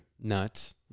Nuts